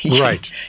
Right